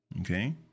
Okay